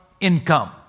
income